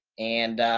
and ah,